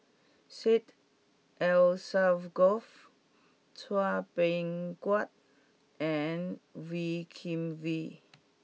Syed Alsagoff Chua Beng Huat and Wee Kim Wee